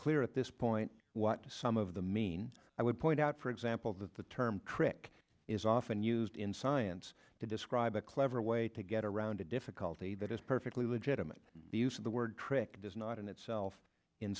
clear at this point what some of the mean i would point out for example that the term trick is often used in science to describe a clever way to get around a difficulty that is perfectly legitimate the use of the word trick does not in itself in